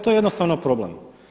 To je jednostavno problem.